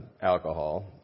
alcohol